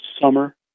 summer